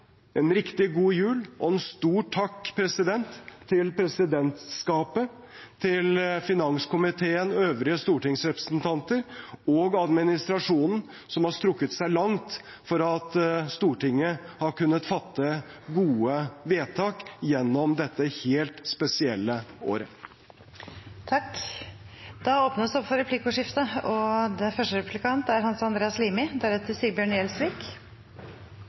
en riktig god jul – og en stor takk til presidentskapet, til finanskomiteen og øvrige stortingsrepresentanter og administrasjonen, som har strukket seg langt for at Stortinget har kunnet fatte gode vedtak gjennom dette helt spesielle året. Det blir replikkordskifte. Nysalderingen av budsjettet for 2020 viser at avgiftsinntektene er justert opp med godt og